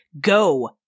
go